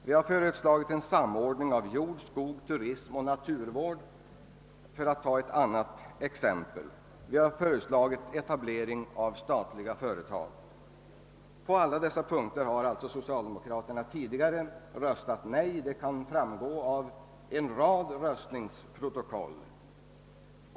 Vi har, för att ta ett annat exempel, föreslagit samordning av jordbruks-, skogsbruks-, turistoch naturvårdsfrå gor samt etablering av statliga företag, men som framgår av en rad röstningsprotokoll har socialdemokraterna på alla dessa punkter röstat nej.